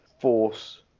force